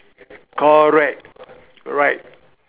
correct right